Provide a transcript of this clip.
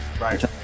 Right